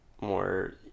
more